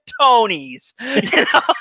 Tonys